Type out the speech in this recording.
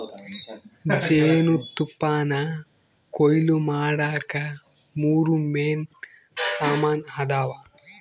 ಜೇನುತುಪ್ಪಾನಕೊಯ್ಲು ಮಾಡಾಕ ಮೂರು ಮೇನ್ ಸಾಮಾನ್ ಅದಾವ